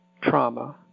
trauma